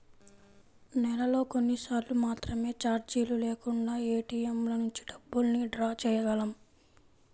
నెలలో కొన్నిసార్లు మాత్రమే చార్జీలు లేకుండా ఏటీఎంల నుంచి డబ్బుల్ని డ్రా చేయగలం